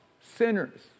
sinners